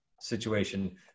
situation